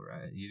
right